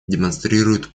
демонстрирует